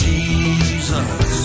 Jesus